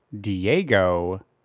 Diego